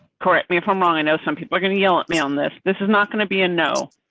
correct me if i'm wrong. i know some people are going to yell at me on this. this is not going to be a no.